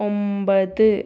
ഒമ്പത്